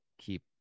keep